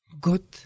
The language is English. good